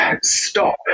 stop